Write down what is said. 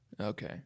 Okay